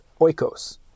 oikos